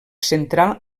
central